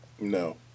No